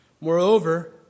Moreover